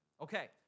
Okay